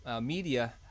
media